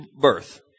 birth